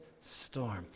storm